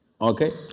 Okay